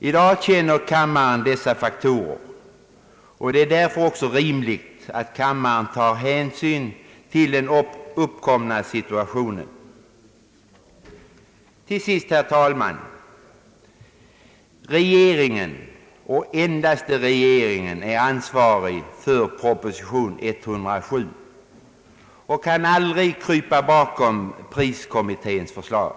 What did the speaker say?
I dag känner kammaren till dessa faktorer, och det är därför också rimligt att ta hänsyn till den uppkomna situationen. Herr talman! Regeringen och endast regeringen är ansvarig för proposition nr 107 och kan aldrig krypa bakom jordbrukskommitténs förslag.